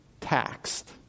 taxed